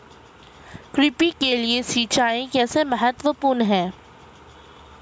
कृषि के लिए सिंचाई कैसे महत्वपूर्ण है?